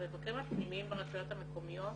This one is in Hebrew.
המבקרים הפנימיים ברשויות המקומיות,